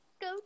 go